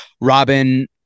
Robin